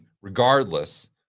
regardless